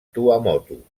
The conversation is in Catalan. tuamotu